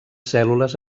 cèl·lules